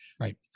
right